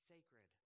Sacred